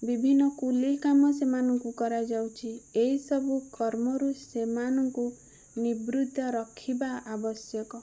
ବିଭିନ୍ନ କୁଲି କାମ ସେମାନଙ୍କୁ କରାଯାଉଛି ଏହି ସବୁ କର୍ମରୁ ସେମାନଙ୍କୁ ନିବୃତ ରଖିବା ଆବଶ୍ୟକ